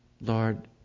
Lord